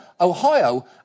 Ohio